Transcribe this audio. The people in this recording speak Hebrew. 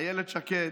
אילת שקד,